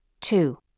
Two